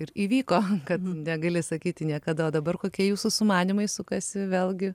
ir įvyko kad negali sakyti niekada dabar kokie jūsų sumanymai sukasi vėlgi